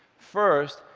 first,